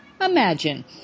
Imagine